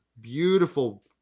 Beautiful